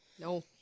no